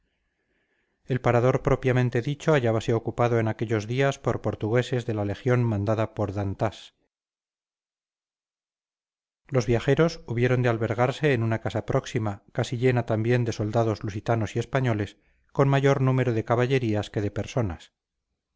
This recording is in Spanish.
el parador propiamente dicho hallábase ocupado en aquellos días por portugueses de la legión mandada por d'antas los viajeros hubieron de albergarse en una casa próxima casi llena también de soldados lusitanos y españoles con mayor número de caballerías que de personas